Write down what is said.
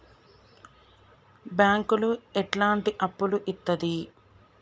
బ్యాంకులు ఎట్లాంటి అప్పులు ఇత్తది?